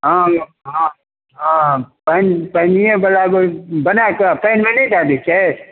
हँ हँ हँ पानि पानिये बला बना कऽ पानिमे नहि दै दय छै